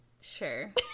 Sure